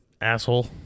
Asshole